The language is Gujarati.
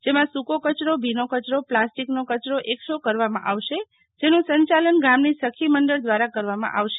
જેમાં સુકો કચરોભીનો કચરોપ્લાસ્ટીકનો કચરો એકઠો કરવામાં આવશેજેનું સંચાલન ગામની સખીમંડળ દ્વારા કરવામાં આવશે